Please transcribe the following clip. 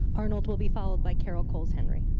arnold will be followed by carol coles henry.